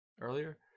earlier